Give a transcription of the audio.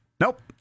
Nope